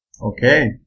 Okay